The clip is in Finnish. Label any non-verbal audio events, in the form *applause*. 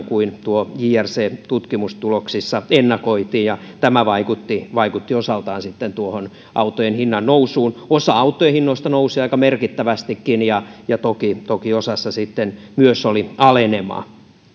*unintelligible* kuin jrcn tutkimustuloksissa ennakoitiin ja tämä vaikutti vaikutti osaltaan sitten tuohon autojen hinnannousuun osa autojen hinnoista nousi aika merkittävästikin ja ja toki toki osassa sitten oli alenemaa siis